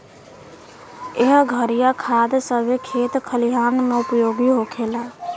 एह घरिया खाद सभे खेत खलिहान मे उपयोग होखेला